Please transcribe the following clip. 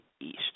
East